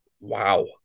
Wow